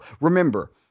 Remember